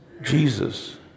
Jesus